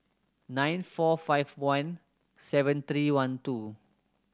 nine four five one seven three one two